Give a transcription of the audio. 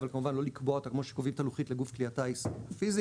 אבל כמובן לא לקבוע אותה כמו שקובעים את הלוחית לגוף כלי הטייס פיזית.